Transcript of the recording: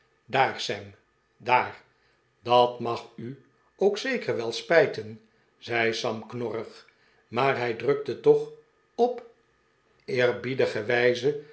daar sam daar dat mag u ook zeker wel spijten zei sam knorrig maar hij drukte toch op eerbiedige wijze